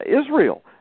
Israel